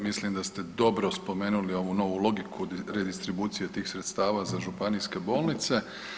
Mislim da ste dobro spomenuli ovu novu logiku redistribucije tih sredstava za županijske bolnice.